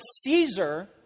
Caesar